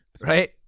Right